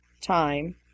time